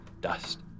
dust